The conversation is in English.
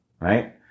right